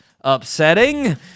upsetting